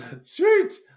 Sweet